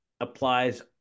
applies